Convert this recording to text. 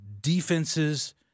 defenses